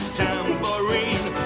tambourine